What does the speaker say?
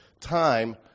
time